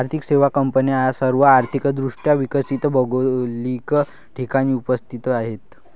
आर्थिक सेवा कंपन्या सर्व आर्थिक दृष्ट्या विकसित भौगोलिक ठिकाणी उपस्थित आहेत